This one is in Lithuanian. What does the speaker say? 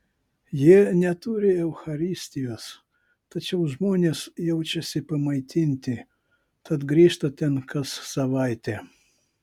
jie neturi eucharistijos tačiau žmonės jaučiasi pamaitinti tad grįžta ten kas savaitę